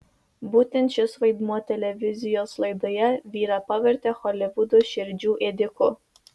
būtent šis vaidmuo televizijos laidoje vyrą pavertė holivudo širdžių ėdiku